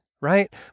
Right